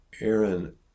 Aaron